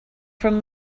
from